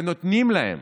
ונותנים להם